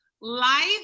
life